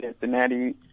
Cincinnati